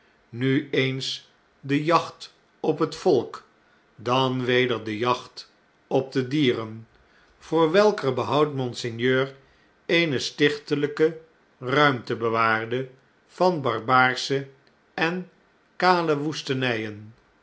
nu eens de jacht op het volk dan weder de jacht op de dieren voor welker behoud monseigneur eene stichtelijke ruimte bewaarde van barbaarsche en kale woestenijen